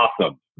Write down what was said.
awesome